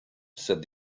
said